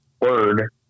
word